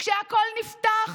כשהכול נפתח,